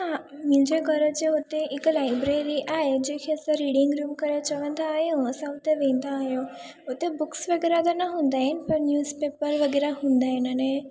हा मुंहिंजे घर जे हुते हिकु लाइब्रेरी आहे जेके असां रीडिंग रूम करे चवंदा आहियूं असां हुते वेंदा आहियूं असां हुते बुक्स वग़ैरह त न हूंदा आहिनि पर न्यूज़पेपर्स वग़ैरा हूंदा आहिनि अने